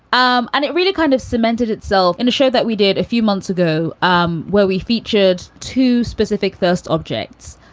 um and it really kind of cemented itself in a show that we did a few months ago um where we featured two specific first objects,